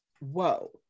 Whoa